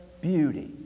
beauty